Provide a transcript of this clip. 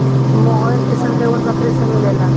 मोहेर किस्म के ऊन बकरी से मिलेला